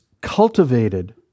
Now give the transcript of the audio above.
cultivated